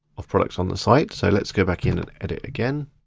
of products on the site, so let's go back in and edit again.